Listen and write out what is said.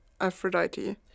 Aphrodite